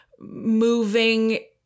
moving